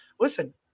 listen